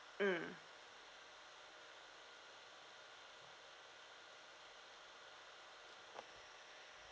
mm